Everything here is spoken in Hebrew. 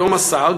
היום השר,